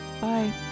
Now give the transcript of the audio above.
Bye